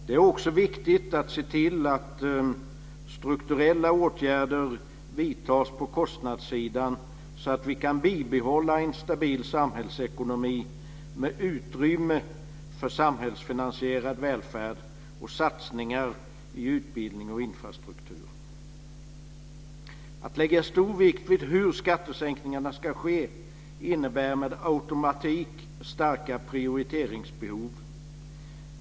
Det är också viktigt att se till att strukturella åtgärder vidtas på kostnadssidan så att vi kan behålla en stabil samhällsekonomi, med utrymme för samhällsfinansierad välfärd och satsningar på utbildning och infrastruktur. Att lägga stor vikt vid hur skattesänkningarna ska ske innebär per automatik starka prioriteringsbehov.